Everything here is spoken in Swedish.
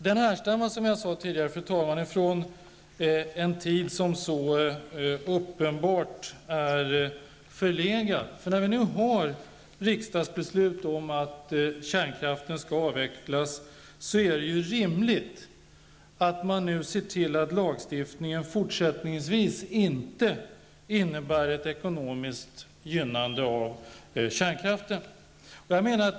Den härstammar, som jag sade tidigare, fru talman, från en tid som är så uppenbart förlegad. När vi nu har riksdagsbeslut om att kärnkraften skall avvecklas är det ju rimligt att man ser till att lagstiftningen fortsättningsvis inte innebär ett ekonomiskt gynnande av kärnkraften.